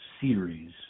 series